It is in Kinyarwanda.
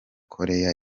koreya